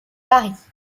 paris